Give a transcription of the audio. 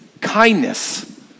kindness